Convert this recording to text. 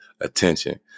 attention